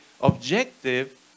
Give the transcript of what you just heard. objective